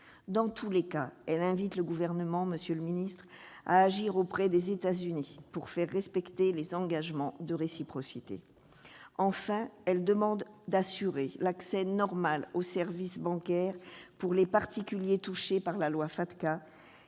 secrétaire d'État, elle invite le Gouvernement à agir auprès des États-Unis pour faire respecter les engagements de réciprocité. Enfin, elle demande d'assurer l'accès normal aux services bancaires pour les particuliers touchés par la loi FATCA,